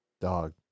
Dog